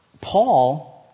Paul